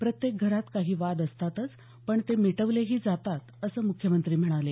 प्रत्येक घरात काही वाद असतातच पण ते मिटवलेही जातात असं मुख्यमंत्री म्हणाले